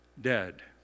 Dead